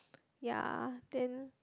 ya then